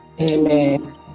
Amen